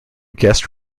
guest